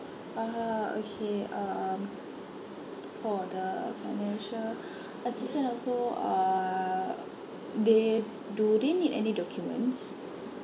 uh okay um for the financial assistance also uh they do they need any documents